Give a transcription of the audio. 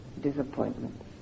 disappointments